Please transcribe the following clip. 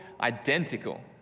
identical